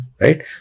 right